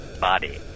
body